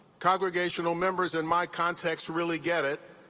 congregational members in my context really get it,